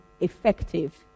effective